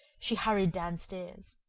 she hurried down stairs.